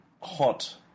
hot